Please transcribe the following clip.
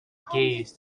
gaze